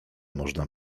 można